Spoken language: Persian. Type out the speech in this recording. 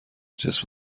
جسم